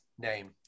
name